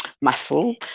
muscle